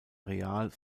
real